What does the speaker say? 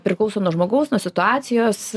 priklauso nuo žmogaus nuo situacijos